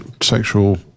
sexual